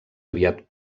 aviat